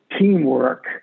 teamwork